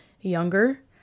younger